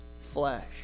flesh